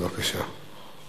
בבקשה.